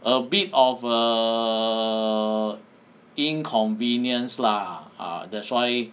a bit of a err inconvenience lah ah that's why